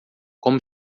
como